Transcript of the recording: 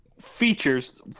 features